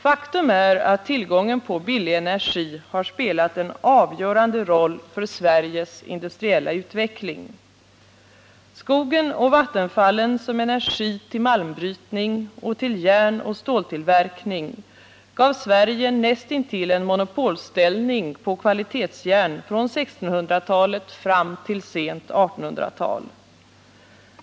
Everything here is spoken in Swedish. Faktum är att tillgången på billig energi har spelat en avgörande roll för Sveriges industriella utveckling. Skogen och vattenfallen som energi till malmbrytning och till järnoch ståltillverkning gav Sverige näst intill en monopolställning avseende kvalitetsjärn från 1600-talet fram till sent 1800 tal.